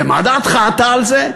ומה דעתך אתה על זה?